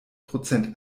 prozent